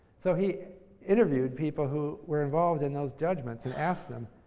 so, he interviewed people who were involved in those judgments and asked them,